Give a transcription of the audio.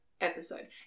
episode